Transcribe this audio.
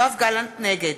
חבר הכנסת) יואב גלנט, נגד